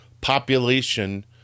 population